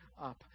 up